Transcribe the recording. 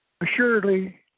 assuredly